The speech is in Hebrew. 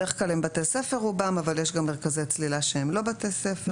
בדרך כלל הם בתי ספר רובם אבל יש גם מרכזי צלילה שהם לא בתי ספר.